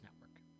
network